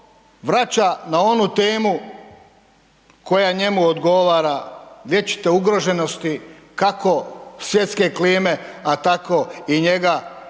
vraća na onu temu koja njemu odgovara vječite ugroženosti kako svjetske klime, a tako i njega